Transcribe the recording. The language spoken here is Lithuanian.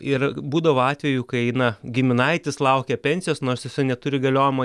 ir būdavo atvejų kai eina giminaitis laukia pensijos nors jis neturi įgaliojimo